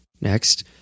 next